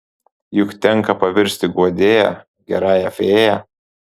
juk tenka pavirsti guodėja gerąją fėja